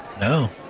No